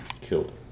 Killed